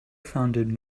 founded